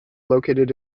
located